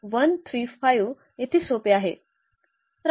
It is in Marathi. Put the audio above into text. तर हे 1 3 5 येथे सोपे आहे